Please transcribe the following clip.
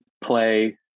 play